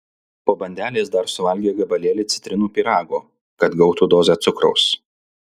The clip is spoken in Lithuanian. po bandelės dar suvalgė gabalėlį citrinų pyrago kad gautų dozę cukraus